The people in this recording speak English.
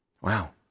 Wow